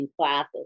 classes